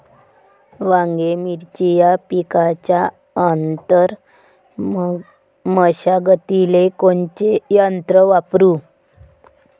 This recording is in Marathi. वांगे, मिरची या पिकाच्या आंतर मशागतीले कोनचे यंत्र वापरू?